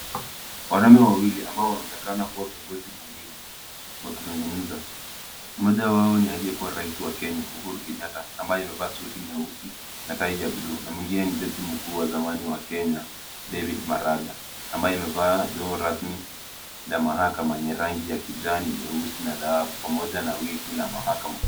Wanaume wawili ambao wanaonekana kuwa viongozi muhimu wakizungumza, mmoja wao ni aliyekuwa rais wa Kenya, Uhuru Kenyatta, ambaye amevaa suti nyeusi na tai ya bluu na mwingine ni jaji mkuu wa zamani wa Kenya, David Maranga, ambaye amevaa joho rasmi la mahakama lenye rangi kijani, nyeusi na dhahabu pamoja na wigi la mahakama.